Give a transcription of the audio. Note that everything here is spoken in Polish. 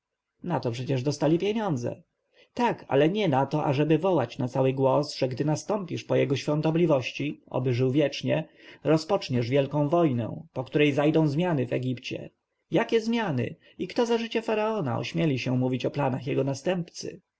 zdrowie nato przecież dostali pieniądze tak ale nie nato ażeby wołać na cały głos że gdy nastąpisz po jego świątobliwości oby żył wiecznie rozpoczniesz wielką wojnę po której zajdą zmiany w egipcie jakie zmiany i kto za życia faraona ośmieli się mówić o planach jego następcy